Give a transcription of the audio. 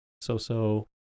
So-so